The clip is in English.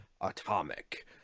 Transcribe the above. atomic